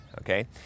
okay